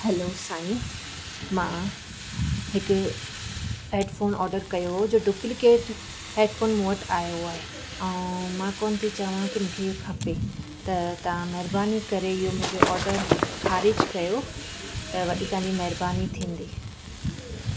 hello साई मां हिकु हैडफ़ोन ऑडर कयो हो जो डुप्लीकेट हैडफ़ोन मूं वटि आयो आहे ऐं मां कोन थी चवां की मूंखे इहो खपे त तव्हां महिरबानी करे इहो मुंहिंजो ऑडर ख़ारिजु कयो त वॾी तव्हांजी महिरबानी थींदी